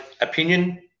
opinion